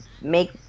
make